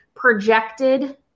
projected